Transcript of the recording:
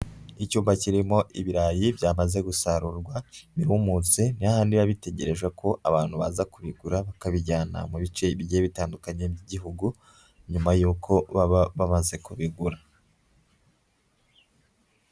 Icyumba kirimo ibirayi byamaze gusarurwa, birumutse ni hahandi biba bitegereje ko abantu baza kubigura, bakabijyana mu bice bigiye bitandukanye by'Igihugu nyuma yuko baba bamaze kubigura.